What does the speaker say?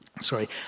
Sorry